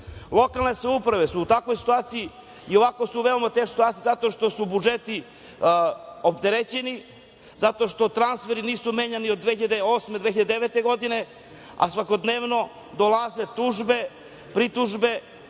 Lokalne samouprave su u takvoj situaciji i ovako su u veoma teškoj situaciji zato što su budžeti opterećeni, zato što transferi nisu menjani od 2008, 2009. godine, a svakodnevno dolaze tužbe, pritužbe